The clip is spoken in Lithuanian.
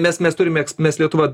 mes mes turime mes lietuva